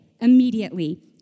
immediately